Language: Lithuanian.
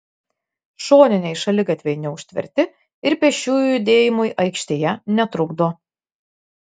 šoniniai šaligatviai neužtverti ir pėsčiųjų judėjimui aikštėje netrukdo